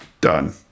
Done